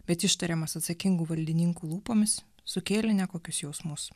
bet ištariamas atsakingų valdininkų lūpomis sukėlė nekokius jausmus